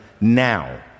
now